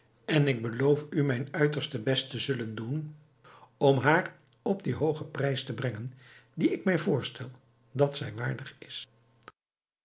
en ik beloof u mijn uiterste best te zullen doen om haar op dien hoogen prijs te brengen dien ik mij voorstel dat zij waardig is